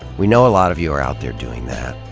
we know a lot of you are out there doing that.